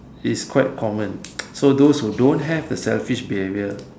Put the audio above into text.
it's quite common so those who don't have a selfish behaviour